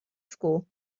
school